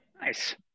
nice